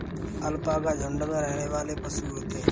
alpaca झुण्ड में रहने वाले पशु होते है